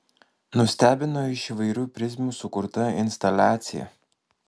nustebino iš įvairių prizmių sukurta instaliacija